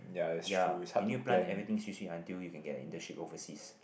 ya you need to plan everything until you can get a internship overseas